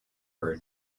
her